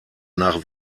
nach